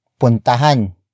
puntahan